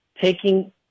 taking